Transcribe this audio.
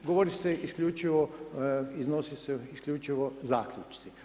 Govori se isključivo, iznosi se isključivo zaključci.